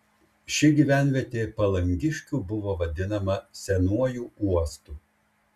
ši gyvenvietė palangiškių buvo vadinama senuoju uostu